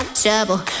trouble